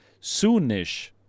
soonish